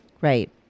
right